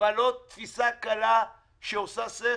אבל לא תפיסה קלה שעושה שכל.